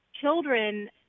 children